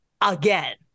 again